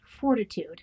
fortitude